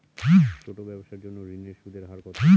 ছোট ব্যবসার জন্য ঋণের সুদের হার কত?